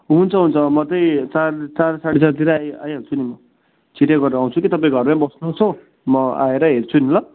हुन्छ हुन्छ म त्यही चार चार साढे चारतिर आइ आइहाल्छु नि म छिट्टै गरेर आउँछु कि तपाईँ घरमै बस्नुहोस् हो म आएर हेर्छु नि ल